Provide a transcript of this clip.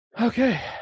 Okay